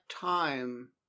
time